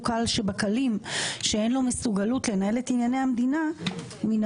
קל שבקלים שאין לו מסוגלות לנהל את ענייני המדינה מן